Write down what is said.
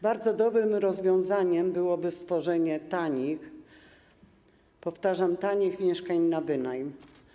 Bardzo dobrym rozwiązaniem byłoby stworzenie tanich, powtarzam: tanich, mieszkań na wynajem.